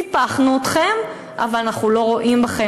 סיפחנו אתכם אבל אנחנו לא רואים בכם